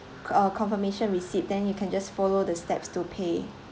con~ uh confirmation receipt then you can just follow the steps to pay